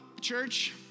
church